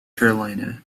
carolina